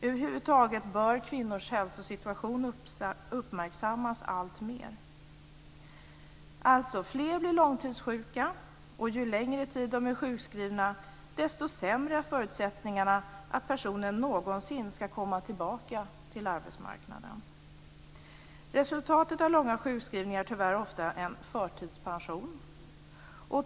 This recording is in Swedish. Över huvud taget bör kvinnors hälsosituation uppmärksammas alltmer. Fler blir alltså långtidssjuka, och ju längre tid de är sjukskrivna desto sämre är förutsättningarna för att personen någonsin ska komma tillbaka till arbetsmarknaden. Resultatet av långa sjukskrivningar är tyvärr ofta en förtidspension.